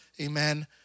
Amen